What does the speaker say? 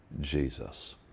jesus